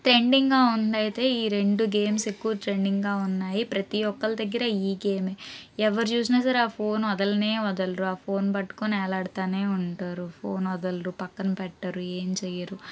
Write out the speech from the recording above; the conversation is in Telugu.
ట్రెండింగ్గా ఉందైతే ఈ రెండు గేమ్స్ ఎక్కువ ట్రెండింగ్గా వున్నాయి ప్రతీ ఒక్కళ్ల దగ్గర ఈ గేమ్ ఏ ఎవరు చూసినా సరే ఆ ఫోన్ వదలనే వదలరు ఆ ఫోన్ పట్టుకుని వేలాడుతానే ఉంటారు ఫోన్ వదలరు పక్కన పెట్టరు ఏం చెయ్యరు